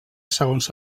segons